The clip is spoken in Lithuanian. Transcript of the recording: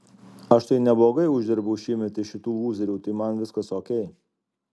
aš tai neblogai uždirbau šiemet iš šitų lūzerių tai man viskas okei